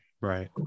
right